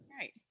Right